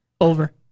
Over